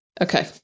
Okay